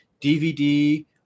DVD